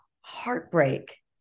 heartbreak